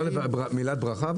אפשר מילת ברכה?